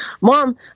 mom